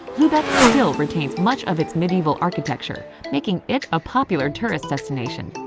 lubeck still retains much of its medieval architecture, making it a popular tourist destination.